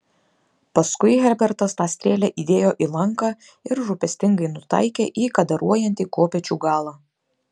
paskui herbertas tą strėlę įdėjo į lanką ir rūpestingai nutaikė į kadaruojantį kopėčių galą